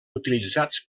utilitzats